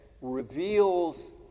reveals